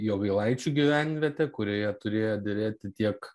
jogailaičių gyvenvietė kurioje turėjo derėti tiek